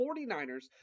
49ers